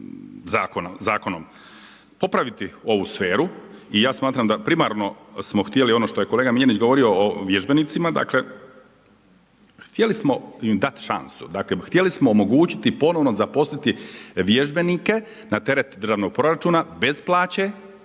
zakonom? Popraviti ovu sferu. I ja smatram da primarno smo htjeli ono što je kolega Miljenić govorio o vježbenicima, dakle htjeli smo im dati šansu, dakle htjeli smo omogućiti ponovno zaposliti vježbenike na teret državnog proračuna bez plaće,